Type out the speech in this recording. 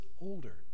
older